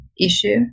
issue